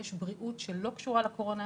יש בריאות שלא קשורה לקורונה,